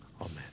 amen